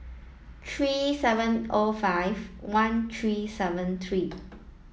three seven O five one three seven three